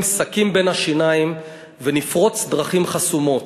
סכין בין השיניים ונפרוץ דרכים חסומות,